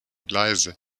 gleise